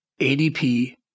ADP